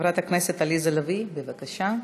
חברת הכנסת עליזה לביא, בבקשה.